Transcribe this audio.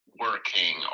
working